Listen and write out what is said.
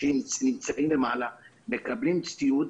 שנמצאים למעלה, מקבלים ציוד,